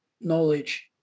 knowledge